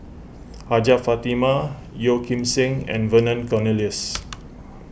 Hajjah Fatimah Yeo Kim Seng and Vernon Cornelius